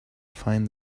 find